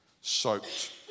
soaked